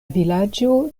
vilaĝo